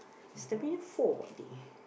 it's Terminal Four already